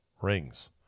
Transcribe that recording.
rings